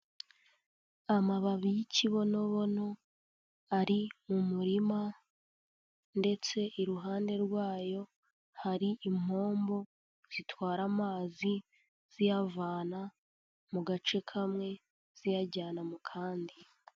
Amababi y'ikibonobono ari mu murima ndetse iruhande rwayo hari impombo zitwara amazi ziyavana mu gace kamwe ziyajyana mu kandi.